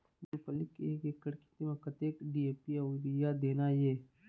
मूंगफली के एक एकड़ खेती म कतक डी.ए.पी अउ यूरिया देना ये?